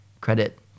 credit